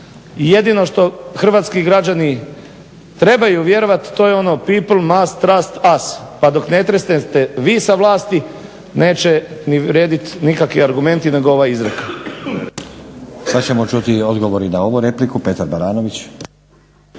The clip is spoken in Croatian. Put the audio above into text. jedino što hrvatski građani trebaju vjerovat to je ono people must trust us, pa dok ne tresnete vi sa vlasti neće ni vrijedit nikakvi argumenti nego ova izreka. **Stazić, Nenad (SDP)** Sad ćemo čuti odgovor i na ovu repliku, Petar Baranović.